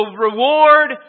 reward